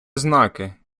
знаки